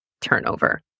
turnover